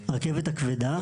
הרכבת הכבדה,